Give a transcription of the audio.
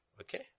okay